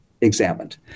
examined